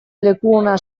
lekuona